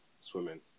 swimming